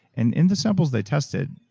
and in the samples they tested,